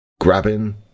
grabbing